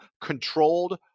controlled